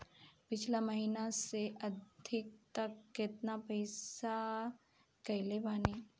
पिछला महीना से अभीतक केतना पैसा ईकलले बानी?